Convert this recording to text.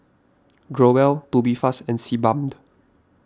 Growell Tubifast and Sebamed